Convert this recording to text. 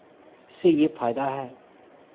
से ये फायदा है